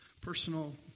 personal